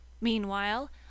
Meanwhile